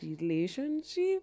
relationship